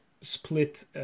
split